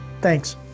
Thanks